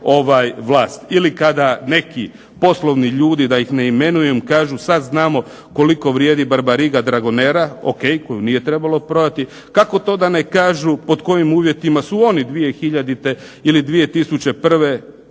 vlast. Ili kada neki poslovni ljudi da ih ne imenujem kažu sad znamo koliko vrijedi Barbariga Dragonera, ok, koju nije trebalo prodati, kako to da ne kažu pod kojim uvjetima su oni 2000. ili 2001.